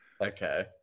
Okay